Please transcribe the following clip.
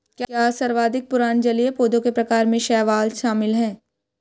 क्या सर्वाधिक पुराने जलीय पौधों के प्रकार में शैवाल शामिल है?